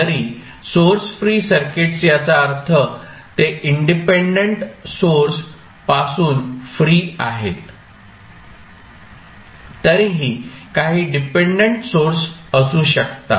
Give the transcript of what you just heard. जरी source free circuits याचा अर्थ ते इंडिपेंडंट सोर्स पासून फ्री आहेत तरीही काही डिपेंडंट सोर्स असू शकतात